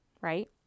right